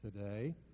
today